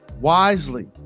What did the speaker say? wisely